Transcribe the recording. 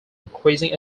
increasing